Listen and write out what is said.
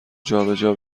جابجا